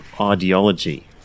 ideology